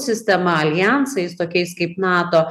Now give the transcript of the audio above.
sistema aljansais tokiais kaip nato